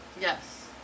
Yes